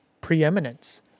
preeminence